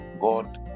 God